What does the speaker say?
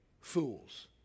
fools